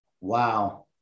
Wow